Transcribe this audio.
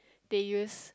they used